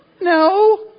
No